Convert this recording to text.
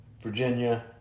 Virginia